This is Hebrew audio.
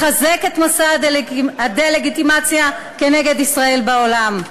לחזק את מסע הדה-לגיטימציה כנגד ישראל בעולם.